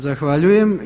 Zahvaljujem.